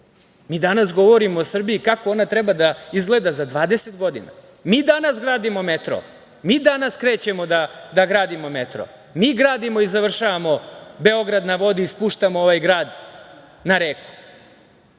danas govorimo o Srbiji kako ona treba da izgleda za 20 godina. Mi danas gradimo metro, mi danas krećemo da gradimo metro, mi gradimo i završavamo „Beograd na vodi“ i spuštamo ovaj grad na reku.